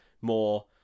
more